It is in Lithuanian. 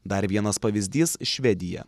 dar vienas pavyzdys švedija